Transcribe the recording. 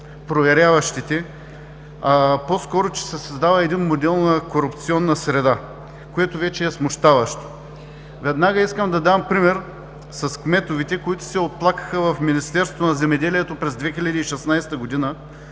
проверяващите, а по-скоро, че се създава един модел на корупционна среда, което вече е смущаващо. Веднага искам да дам пример с кметовете, които се оплакаха в Министерството на земеделието през 2016 г.